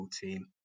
team